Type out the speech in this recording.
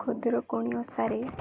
ଖୁଦୁରୁକୁଣୀ ଓଷାରେ